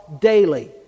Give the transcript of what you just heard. daily